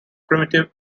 primitive